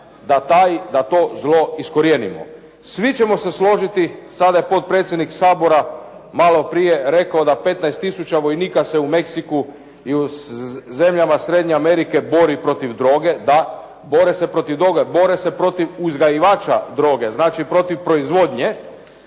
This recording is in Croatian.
da to zlo iskorijenimo. Svi ćemo se složiti, sada je potpredsjednik Sabora maloprije rekao da 15 tisuća vojnika se u Meksiku i u zemljama srednje Amerike borit protiv droge. Da, bore se protiv toga, bore se protiv uzgajivača droge, znači protiv proizvodnje.